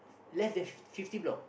less than fifty fifty block